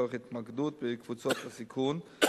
תוך התמקדות בקבוצות הסיכון,